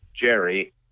Jerry